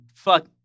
Fuck